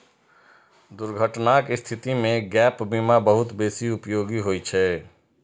दुर्घटनाक स्थिति मे गैप बीमा बहुत बेसी उपयोगी होइ छै